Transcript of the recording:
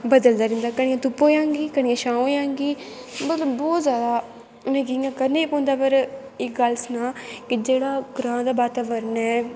बदलदा रैंह्दा घड़ियें धुप्प होई जानगी घड़ियें छां होई जानगी मतलब बोह्त जैदा उ'नें गी इ'यां करने गै पौंदा मगर इक गल्ल सनां कि जेह्ड़ा ग्रांऽ दा बाताबरन ऐ